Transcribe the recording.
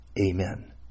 Amen